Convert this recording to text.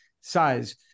size